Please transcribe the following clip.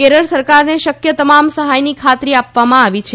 કેરળ સરકારને શક્ય તમામ સહાયની ખાતરી આપવામાં આવી છે